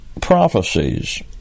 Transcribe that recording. prophecies